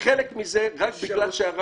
וחלק מזה --- ושירותים.